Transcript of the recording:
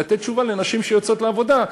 לתת תשובה לנשים שיוצאות לעבודה,